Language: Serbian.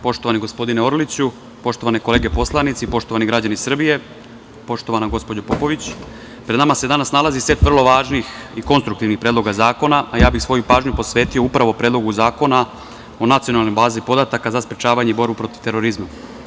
Poštovani gospodine Orliću, poštovane kolege poslanici, poštovani građani Srbije, poštovana gospođo Popović, pred nama se danas nalazi set vrlo važnih i konstruktivnih predloga zakona, a ja bih svoju pažnju posvetio upravo Predlogu Zakona o nacionalnoj bazi podataka za sprečavanje i borbu protiv terorizma.